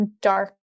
dark